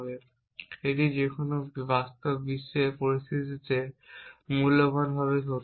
এবং এটি যে কোনও বাস্তব বিশ্বের পরিস্থিতিতে মূল্যবানভাবে সত্য